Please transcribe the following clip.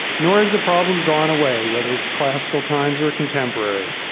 nor is the problem gone away whether it's classical times or contemporary.